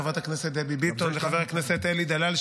חברת הכנסת דבי ביטון וחבר הכנסת אלי דלל,